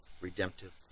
redemptive